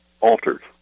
altered